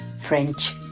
French